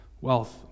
wealth